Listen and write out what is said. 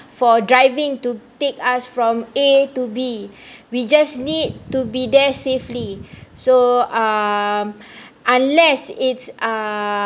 for driving to take us from A to B we just need to be there safely so um unless it's uh